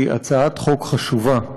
היא הצעת חוק חשובה.